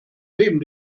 neben